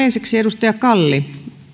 ensiksi edustaja kalli